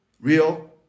real